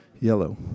yellow